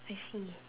I see